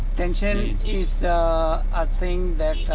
tension is a thing that,